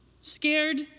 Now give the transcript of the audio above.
scared